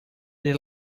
they